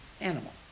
animal